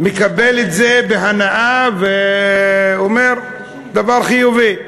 מקבל את זה בהנאה ואומר שזה דבר חיובי.